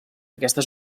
aquesta